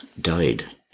died